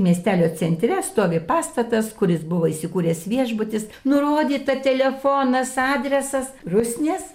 miestelio centre stovi pastatas kuris buvo įsikūręs viešbutis nurodyta telefonas adresas rusnės